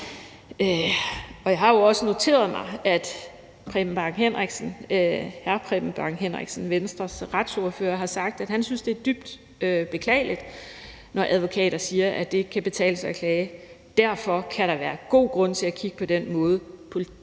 Jeg har også noteret mig, at hr. Preben Bang Henriksen, Venstres retsordfører, har sagt, at han synes, det er dybt beklageligt, når advokater siger, at det ikke kan betale sig at klage, og at derfor kan der være god grund til at kigge på den måde,